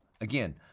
Again